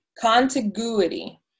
contiguity